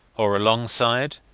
or alongside?